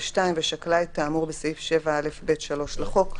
ו-(2) ושקלה את האמור בסעיף 7א(ב)(3) לחוק,